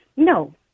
No